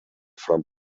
front